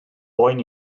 boen